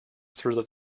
through